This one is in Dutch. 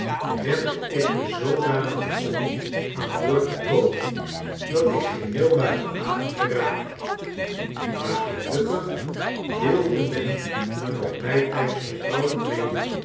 repte ik me zoodanig om aan boord te komen dat ik geheel buiten adem geraakte maar gelukkig deelde men me nog bijtijds vertrouwelijk mee